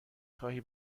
خواهی